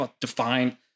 define